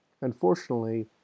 Unfortunately